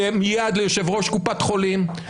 מייד ליושב-ראש קופת חולים,